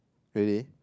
ready